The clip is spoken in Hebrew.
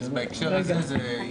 בהקשר הזה,